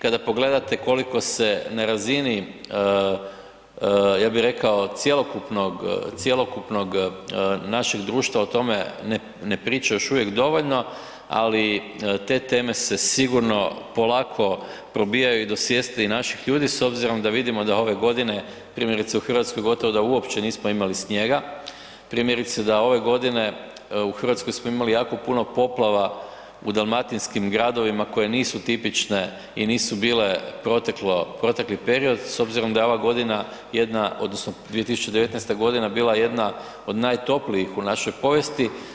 Kada pogledate koliko se na razini, ja bi rekao, cjelokupnog, cjelokupnog našeg društva o tome ne priča još uvijek dovoljno, ali te teme se sigurno polako probijaju i do svijesti naših ljudi s obzirom da vidimo da ove godine, primjerice u RH gotovo da uopće nismo imali snijega, primjerice da ove godine u RH smo imali jako puno poplava u dalmatinskim gradovima koje nisu tipične i nisu bile proteklo, protekli period s obzirom da je ova godina jedna odnosno 2019.g. bila jedna od najtoplijih u našoj povijesti.